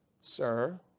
sir